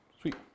Sweet